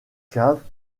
cave